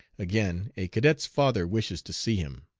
again, a cadet's father wishes to see him.